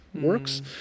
works